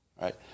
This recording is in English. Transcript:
right